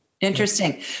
Interesting